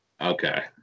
Okay